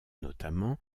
notamment